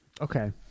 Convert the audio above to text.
Okay